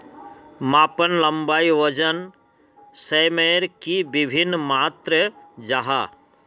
मापन लंबाई वजन सयमेर की वि भिन्न मात्र जाहा?